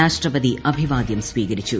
രാഷ്ട്രപതി അഭിവാദ്യം സ്വീകരിച്ചു